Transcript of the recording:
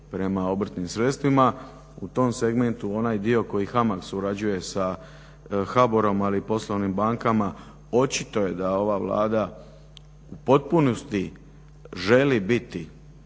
prema obrtnim sredstvima u tom segmentu onaj dio koji HAMAG surađuje s HBOR-om ali i poslovnim bankama očito je da ova Vlada u potpunosti želi biti